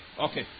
Okay